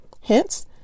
hence